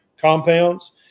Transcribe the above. compounds